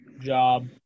job